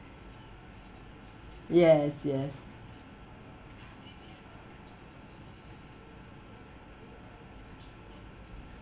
yes yes